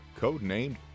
codenamed